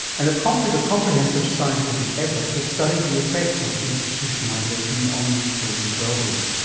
and it prompted a comprehensive scientific effort to study the effects of institutionalisation on these children's well-being,